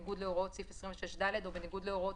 בניגוד להוראות סעיף 26(ד) או בניגוד להוראות